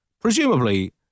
Presumably